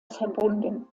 verbunden